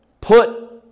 put